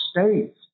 states